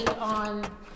on